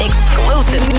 Exclusive